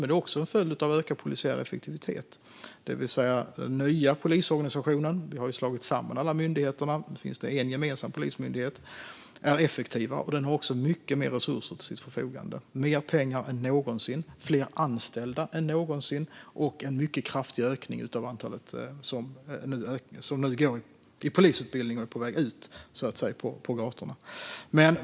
Men det är också en följd av ökad polisiär effektivitet, det vill säga att den nya polisorganisationen är effektivare. Vi har ju slagit samma alla myndigheterna till en gemensam polismyndighet. Den har också mycket mer resurser till sitt förfogande, mer pengar än någonsin och fler anställda än någonsin, och det är en mycket kraftig ökning av antalet som nu går på polisutbildning och är på väg ut på gatorna.